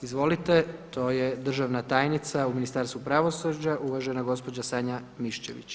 Izvolite, to je državna tajnica u Ministarstvu pravosuđa uvažena gospođa Sanja Mišević.